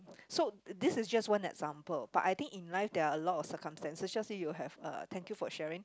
so this is just one example but I think in life there are a lot of circumstances just so you have uh thank you for sharing